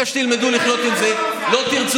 המילה "שוויון" לא מופיעה